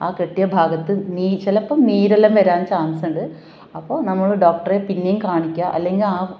ആ കെട്ടിയ ഭാഗത്ത് നീ ചിലപ്പം നീരെല്ലാം വരാൻ ചാൻസുണ്ട് അപ്പോൾ നമ്മൾ ഡോക്ടറെ പിന്നെയും കാണിക്കുക അല്ലെങ്കിൽ ആ